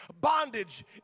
bondage